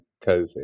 COVID